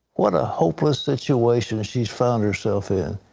what a hopeless situation she found herself in.